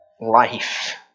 life